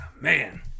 Man